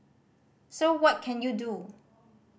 so what can you do